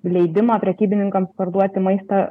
leidimą prekybininkams parduoti maistą